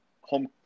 home